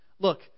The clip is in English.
Look